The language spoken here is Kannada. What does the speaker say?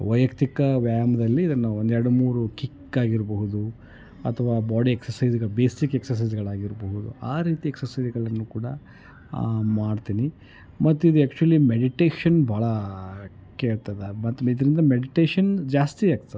ವೈಯಕ್ತಿಕ ವ್ಯಾಯಾಮದಲ್ಲಿ ಇದನ್ನು ಒಂದೆರಡು ಮೂರು ಕಿಕ್ಕಾಗಿರಬಹುದು ಅಥವಾ ಬಾಡಿ ಎಕ್ಸರ್ಸೈಸ್ಗಳಿ ಬೇಸಿಕ್ ಎಕ್ಸರ್ಸೈಸ್ಗಳಾಗಿರಬಹುದು ಆ ರೀತಿ ಎಕ್ಸರ್ಸೈಜ್ಗಳನ್ನು ಕೂಡ ಮಾಡ್ತೀನಿ ಮತ್ತು ಇದು ಯಾಕ್ಚುಲಿ ಮೆಡಿಟೇಷನ್ ಭಾಳ ಕೇಳ್ತದೆ ಮತ್ತು ಇದರಿಂದ ಮೆಡಿಟೇಷನ್ ಜಾಸ್ತಿ ಆಗ್ತದೆ